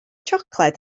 siocled